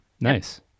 Nice